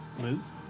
Liz